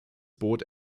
boot